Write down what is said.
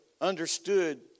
understood